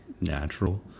natural